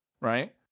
Right